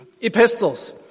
epistles